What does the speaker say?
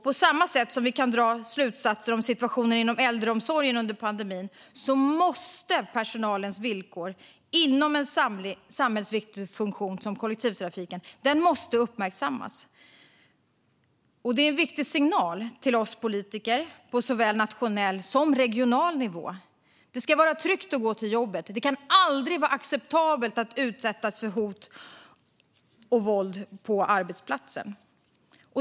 På samma sätt som vi kan dra slutsatser om situationen inom äldreomsorgen under pandemin måste personalens villkor inom en samhällsviktig funktion som kollektivtrafiken uppmärksammas. Det är en viktig signal till oss politiker på såväl nationell som regional nivå. Det ska vara tryggt att gå till jobbet. Det kan aldrig vara acceptabelt att utsättas för hot och våld på arbetsplatsen.